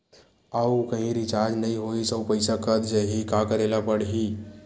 आऊ कहीं रिचार्ज नई होइस आऊ पईसा कत जहीं का करेला पढाही?